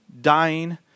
dying